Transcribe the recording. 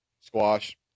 Squash